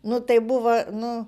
nu tai buvo nu